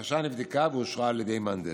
הבקשה נבדקה ואושרה על ידי המהנדס.